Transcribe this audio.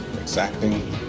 exacting